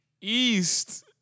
East